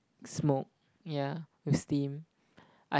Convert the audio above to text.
smoke yeah with steam I